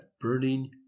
burning